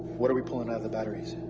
what are we pulling out of the batteries?